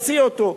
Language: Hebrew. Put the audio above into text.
תוציא אותו.